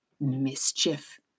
mischief